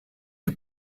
you